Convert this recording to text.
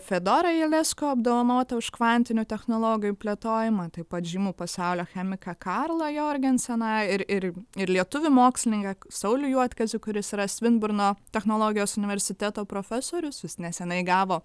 fedorą jelezko apdovanotą už kvantinių technologijų plėtojimą taip pat žymų pasaulio chemiką karlą jorgenseną ir ir ir lietuvių mokslininką saulių juodkazį kuris yra svinburno technologijos universiteto profesorius jis nesenai gavo